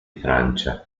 francia